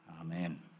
Amen